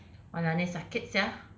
!walao! eh sakit sia